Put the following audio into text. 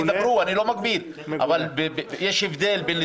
אנחנו לא נגביל אנשים על מה ידברו,